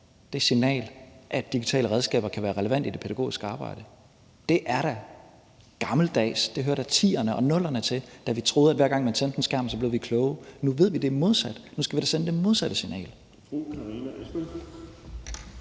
det signal, at digitale redskaber kan være relevante i det pædagogiske arbejde. Det er da gammeldags. Det hører da 2010'erne og 00'erne til, da vi troede, at hver gang man tændte en skærm, blev vi kloge. Nu ved vi, det er modsat. Nu skal vi da sende det modsatte signal.